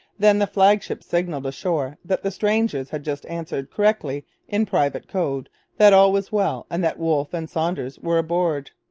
then the flag-ship signalled ashore that the strangers had just answered correctly in private code that all was well and that wolfe and saunders were aboard.